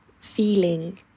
feeling